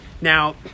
Now